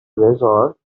resort